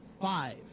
five